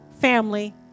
family